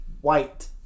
white